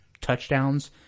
touchdowns